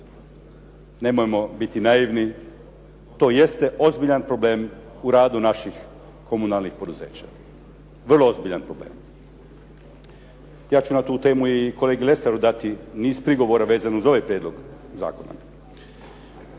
Nemojmo biti naivni, to jeste ozbiljan problem u radu naših komunalnih poduzeća, vrlo ozbiljan problem. Ja ću na tu temu i kolegi Lesaru dati niz prigovora vezan uz ovaj prijedlog zakona.